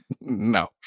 No